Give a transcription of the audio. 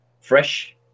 fresh